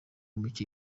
muke